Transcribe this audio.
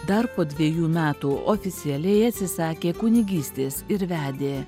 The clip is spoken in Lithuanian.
dar po dvejų metų oficialiai atsisakė kunigystės ir vedė